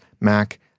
Mac